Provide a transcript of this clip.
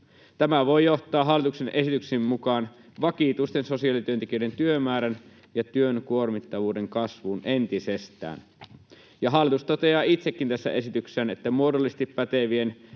Tämä voi johtaa hallituksen esityksen mukaan vakituisten sosiaalityöntekijöiden työmäärän ja työn kuormittavuuden kasvuun entisestään. Hallitus toteaa itsekin tässä esityksessään, että muodollisesti pätevien